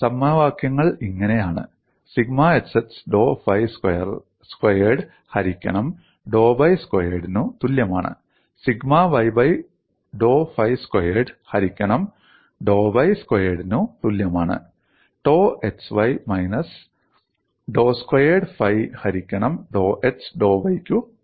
സമവാക്യങ്ങൾ ഇങ്ങനെ ആണ് സിഗ്മ xx ഡോ ഫൈ സ്ക്വയേർഡ് ഹരിക്കണം ഡോ y സ്ക്വയേർഡ്നു തുല്യമാണ് സിഗ്മ yy ഡോ ഫൈ സ്ക്വയേർഡ് ഹരിക്കണം ഡോ y സ്ക്വയേർഡ്നു തുല്യമാണ് ടോ xy മൈനസ് ഡോ സ്ക്വയേർഡ് ഫൈ ഹരിക്കണം ഡോ x ഡോ y ക്കു തുല്യമാണ്